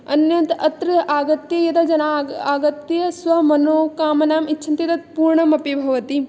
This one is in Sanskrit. अन्यद् अत्र आगत्य यदा जनाः आगत्य स्वमनोकामनाम् इच्छन्ति तत् पूर्णमपि भवति